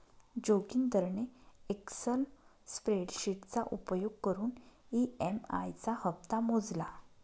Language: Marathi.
जोगिंदरने एक्सल स्प्रेडशीटचा उपयोग करून ई.एम.आई चा हप्ता मोजला